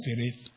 spirit